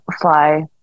fly